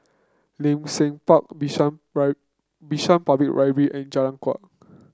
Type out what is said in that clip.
Seng Park Bishan Bishan Public Library and Jalan Kuak